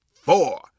four